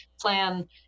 plan